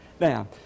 Now